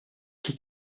qui